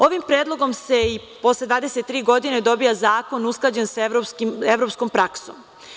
Ovim predlogom se i posle 23 godine dobija zakon usklađen sa evropskom praksom.